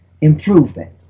improvement